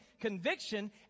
conviction